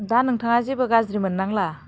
दा नोंथाङा जेबो गाज्रि मोननांला